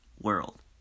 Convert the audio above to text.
world